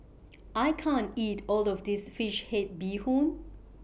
I can't eat All of This Fish Head Bee Hoon